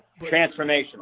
Transformational